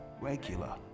regular